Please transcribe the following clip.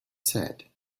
said